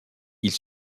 ils